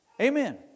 Amen